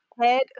head